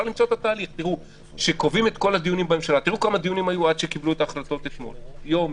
תראו כמה דיונים היו עד שקיבלו את ההחלטות אתמול יום,